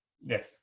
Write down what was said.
yes